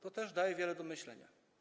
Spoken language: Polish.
To też daje wiele do myślenia.